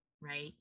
right